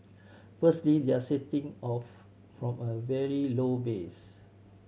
firstly they are off from a very low base